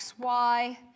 xy